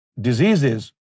diseases